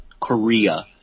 Korea